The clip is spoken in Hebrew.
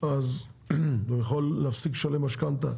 אז הוא יכול להפסיק לשלם משכנתה